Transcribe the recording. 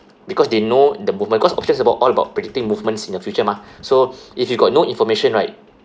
because they know the movement cause options about all about predicting movements in the future mah so if you got no information right